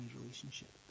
relationship